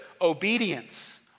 obedience